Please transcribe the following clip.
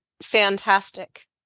fantastic